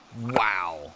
wow